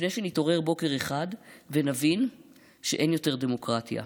לפני שנתעורר בוקר אחד ונבין שאין יותר דמוקרטיה.